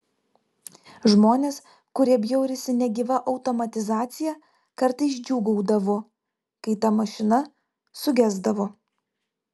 žmonės kurie bjaurisi negyva automatizacija kartais džiūgaudavo kai ta mašina sugesdavo